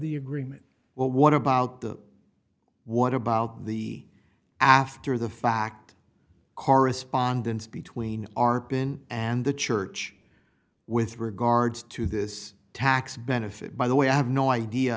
the agreement well what about the what about the after the fact correspondence between arpan and the church with regards to this tax benefit by the way i have no idea